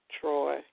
Troy